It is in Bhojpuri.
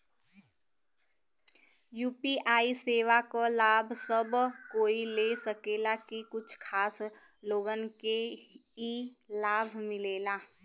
यू.पी.आई सेवा क लाभ सब कोई ले सकेला की कुछ खास लोगन के ई लाभ मिलेला?